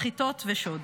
סחיטות ושוד,